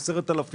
10,000,